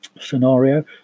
scenario